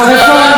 איזה ועדה?